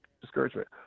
discouragement